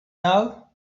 now